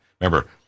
Remember